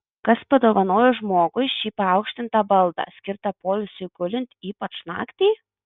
kas padovanojo žmogui šį paaukštintą baldą skirtą poilsiui gulint ypač naktį